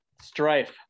Strife